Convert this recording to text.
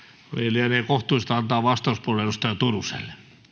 lienee kohtuullista antaa vastauspuheenvuoro edustaja turuselle